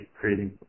creating